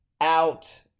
out